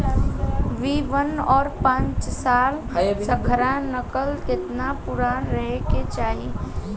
B one और पांचसाला खसरा नकल केतना पुरान रहे के चाहीं?